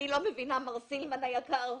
אני לא מבינה, מר סילמן היקר,